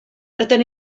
rydyn